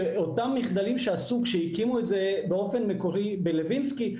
שאותם מחדלים שעשו כשהקימו באופן מקורי בלוינסקי,